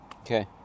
Okay